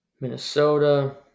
Minnesota